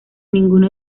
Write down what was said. ninguno